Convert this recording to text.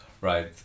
right